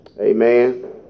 Amen